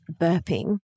burping